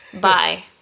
Bye